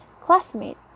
classmate